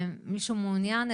מישהו מעוניין?